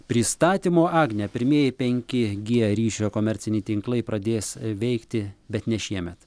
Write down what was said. pristatymo agne pirmieji penki gie ryšio komerciniai tinklai pradės veikti bet ne šiemet